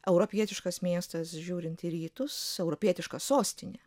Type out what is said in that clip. europietiškas miestas žiūrint į rytus europietiška sostinė